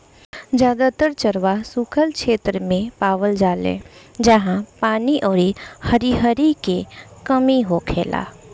जादातर चरवाह सुखल क्षेत्र मे पावल जाले जाहा पानी अउरी हरिहरी के कमी होखेला